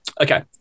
okay